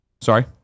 Sorry